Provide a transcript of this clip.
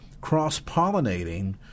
cross-pollinating